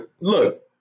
look